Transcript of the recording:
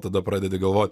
tada pradedi galvot